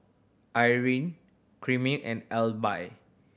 Irven Chimere and Elby